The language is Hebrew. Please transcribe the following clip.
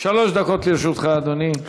שלוש דקות לרשותך, אדוני.